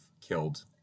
killed